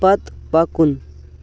پتہٕ پکُن